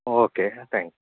okay thank